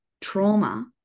trauma